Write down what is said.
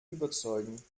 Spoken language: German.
überzeugen